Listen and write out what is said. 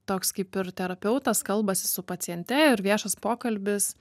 toks kaip ir terapeutas kalbasi su paciente ir viešas pokalbis